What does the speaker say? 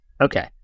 Okay